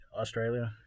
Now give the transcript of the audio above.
Australia